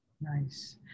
Nice